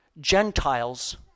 Gentiles